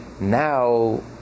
Now